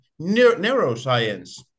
neuroscience